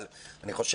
אבל אני חושב,